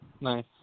Nice